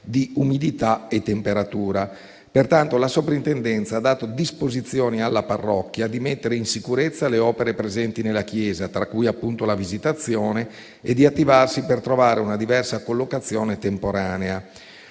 di umidità e temperatura. Pertanto, la sovrintendenza ha dato disposizioni alla parrocchia di mettere in sicurezza le opere presenti nella chiesa, tra cui appunto la Visitazione, e di attivarsi per trovare una diversa collocazione temporanea.